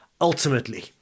ultimately